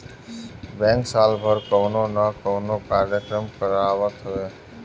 bank साल भर कवनो ना कवनो कार्यक्रम करावत हवे